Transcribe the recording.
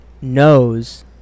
knows